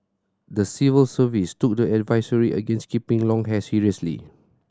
the civil service took the advisory against keeping long hair seriously